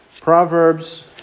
Proverbs